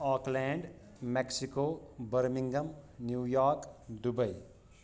Auckland Mexico Birmingham New York Dubai